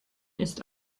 ist